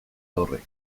horrek